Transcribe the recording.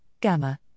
gamma